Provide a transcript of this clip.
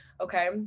okay